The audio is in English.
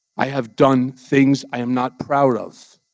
i have done things i am not proud of.